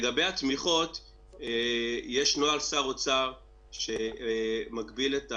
זה דיון מעקב וצריך להיות יותר